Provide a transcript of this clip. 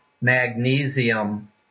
magnesium